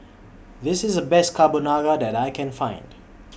This IS The Best Carbonara that I Can Find